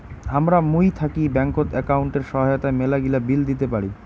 হামরা মুই থাকি ব্যাঙ্কত একাউন্টের সহায়তায় মেলাগিলা বিল দিতে পারি